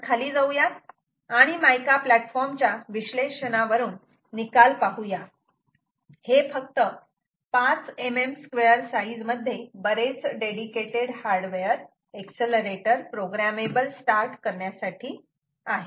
आपण खाली जाऊयात आणि मायका प्लॅटफॉर्म च्या विश्लेषणावरून निकाल पाहूयाहे फक्त 5mm स्क्वेअर साईज मध्ये बरेच dedicated hardware accelerator programmable start करण्यासाठी आहेत